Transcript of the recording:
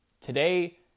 Today